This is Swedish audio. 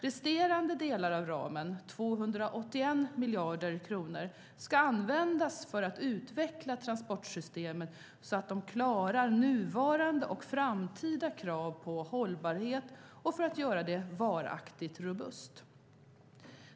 Resterande delar av ramen, 281 miljarder kronor, ska användas för att utveckla transportsystemet så att det klarar nuvarande och framtida krav på hållbarhet och för att göra det varaktigt robust.